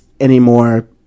anymore